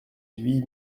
huit